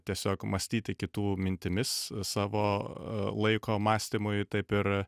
tiesiog mąstyti kitų mintimis savo laiko mąstymui taip ir